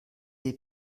der